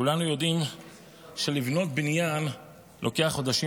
כולנו יודעים שלבנות בניין לוקח חודשים